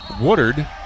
Woodard